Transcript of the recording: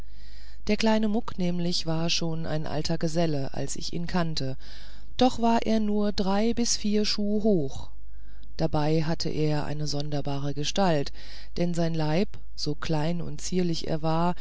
der kleine muck nämlich war schon ein alter geselle als ich ihn kannte doch war er nur drei vier schuh hoch dabei hatte er eine sonderbare gestalt denn sein leib so klein und zierlich er war